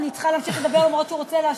אני צריכה להמשיך לדבר אף-על-פי שהוא רוצה להשיב?